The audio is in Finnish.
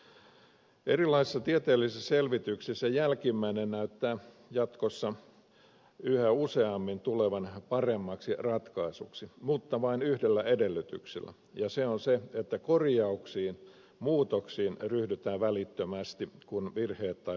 erilaisissa tieteellisissä selvityksissä jälkimmäinen näyttää jatkossa yhä useammin tulevan paremmaksi ratkaisuksi mutta vain yhdellä edellytyksellä ja se on se että korjauksiin muutoksiin ryhdytään välittömästi kun virheet tai puutteet havaitaan